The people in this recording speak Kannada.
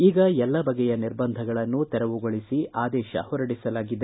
ಈಗ ಎಲ್ಲ ಬಗೆಯ ನಿರ್ಬಂಧಗಳನ್ನೂ ತೆರವುಗೊಳಿಸಿ ಆದೇಶ ಹೊರಡಿಸಲಾಗಿದೆ